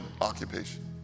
occupation